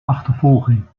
achtervolging